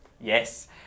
Yes